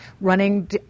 running